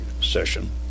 session